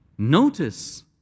notice